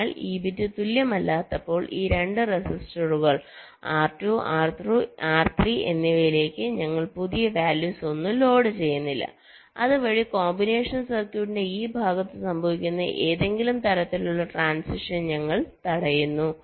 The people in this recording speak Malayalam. അതിനാൽ ഈ ബിറ്റ് തുല്യമല്ലാത്തപ്പോൾ ഈ 2 റെസിസ്റ്ററുകൾ R2 R3 എന്നിവയിലേക്ക് ഞങ്ങൾ പുതിയ വാല്യൂസൊന്നും ലോഡ് ചെയ്യുന്നില്ല അതുവഴി കോമ്പിനേഷൻ സർക്യൂട്ടിന്റെ ഈ ഭാഗത്ത് സംഭവിക്കുന്ന ഏതെങ്കിലും തരത്തിലുള്ള ട്രാന്സിഷൻസ് ഞങ്ങൾ തടയുന്നു